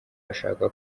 ashaka